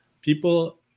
people